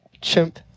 Chimp